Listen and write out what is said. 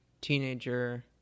teenager